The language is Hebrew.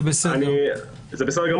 זה בסדר גמור,